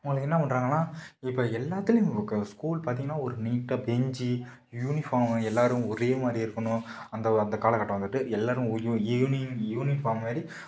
நம்மளுக்கு என்ன பண்ணுறாங்கனா இப்போ எல்லாத்துலையும் நம்மளுக்கு ஸ்கூல் பார்த்திங்கன்னா ஒரு நீட்டாக பெஞ்ச்சு யூனிஃபார்ம் எல்லோரும் ஒரே மாதிரி இருக்கணும் அந்த அந்த காலக்கட்டம் வந்துட்டு எல்லோரும் யூனி யூனிஃபார்ம் மாதிரி